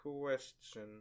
question